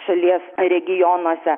šalies regionuose